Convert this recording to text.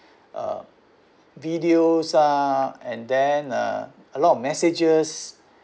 uh videos ah and then uh a lot of messages